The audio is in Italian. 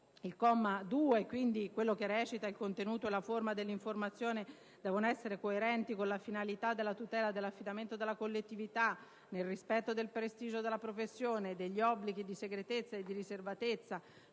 il comma 2 dell'articolo 9, che recita: «Il contenuto e la forma dell'informazione devono essere coerenti con la finalità della tutela dell'affidamento della collettività, nel rispetto del prestigio della professione e degli obblighi di segretezza e di riservatezza